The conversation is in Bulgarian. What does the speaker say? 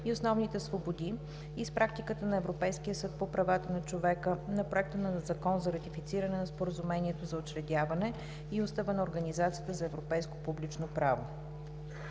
и основните свободи и с практиката на Европейския съд по правата на човека на Проекта на Закон за ратифициране на Споразумението за учредяване и Устава на Организацията за европейско публично право.